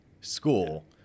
school